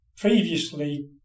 previously